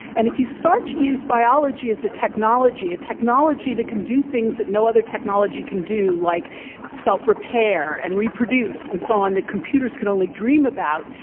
and if you start to use biology as a technology, a technology that can do things that no other technology can do, like self-repair and reproduce and so on, that computers can only dream about,